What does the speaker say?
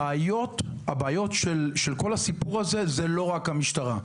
הבעיות של כל הסיפור הזה זה לא רק המשטרה.